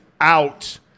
out